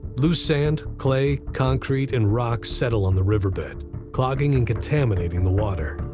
loose sand, clay, concrete, and rocks settle on the riverbed clogging and contaminating the water.